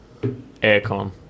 Aircon